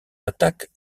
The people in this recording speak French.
attaques